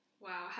Wow